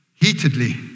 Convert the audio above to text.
heatedly